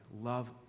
Love